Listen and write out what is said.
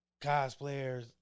cosplayers